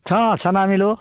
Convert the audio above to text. ହଁ ଛେନା ମିଳିବ